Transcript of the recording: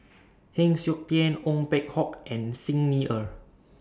Heng Siok Tian Ong Peng Hock and Xi Ni Er